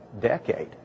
decade